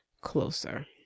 closer